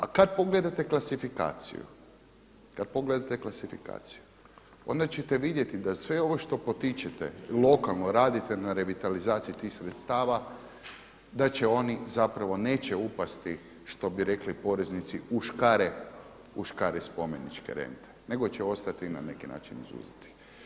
A kada pogledate klasifikaciju, kada pogledate klasifikaciju onda ćete vidjeti da sve ovo što potičete i lokalno radite na revitalizaciji tih sredstava da će oni zapravo neće upasti što bi rekli poreznici u škare spomeničke rente nego će ostati na neki način izuzeti.